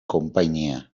konpainia